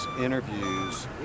interviews